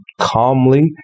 calmly